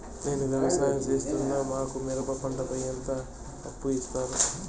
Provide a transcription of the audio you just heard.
నేను వ్యవసాయం సేస్తున్నాను, మాకు మిరప పంటపై ఎంత అప్పు ఇస్తారు